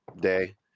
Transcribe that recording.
Day